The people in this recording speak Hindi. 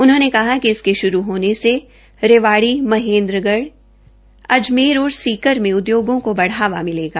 उन्होंने कहा कि इसके शुरू होने से रेवाड़ी महेन्द्रगढ़ अजमेर और सीकर में उद्योगों को बढ़ावा मिलेगा